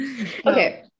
Okay